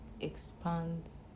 expands